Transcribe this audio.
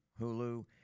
Hulu